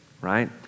right